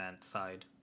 side